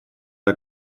der